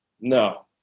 No